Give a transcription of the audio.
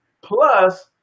plus